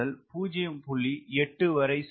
8 வரை செல்லும்